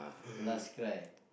last cry